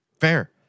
Fair